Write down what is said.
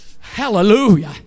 Hallelujah